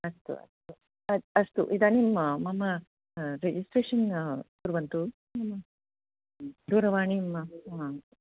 अस्तु अस्तु अस्तु इदानीं मम रेजिस्ट्रेशन् कुर्वन्तु मम दूरवाणीम्